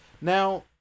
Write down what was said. Now